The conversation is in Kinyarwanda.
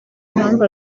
impamvu